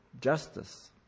justice